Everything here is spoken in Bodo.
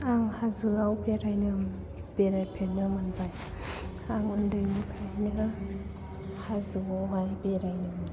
आं हाजोआव बेरायफेरनो मोनबाय आं उन्दैनिफ्रायनो हाजोआवहाय बेरायनो मोनदों